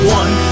one